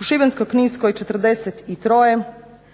u Šibensko-kninskoj 43,